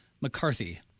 McCarthy